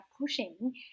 pushing